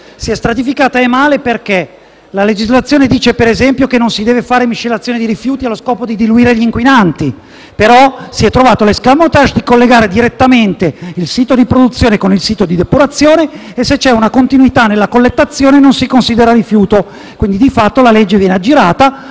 si è stratificata, e male, nel corso del tempo. La legislazione prevede, ad esempio, che non si deve fare miscelazione di rifiuti allo scopo di diluire gli inquinanti; però si è trovato l’escamotage di collegare direttamente il sito di produzione con il sito di depurazione e, se c’è una continuità nella collettazione, non si considera rifiuto. Di fatto, quindi, la legge viene aggirata,